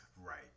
Right